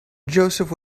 joseph